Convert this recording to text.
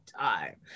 time